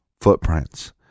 footprints